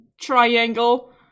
triangle